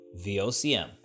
VOCM